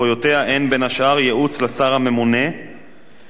ייעוץ לשר הממונה לגבי השטחים משטחי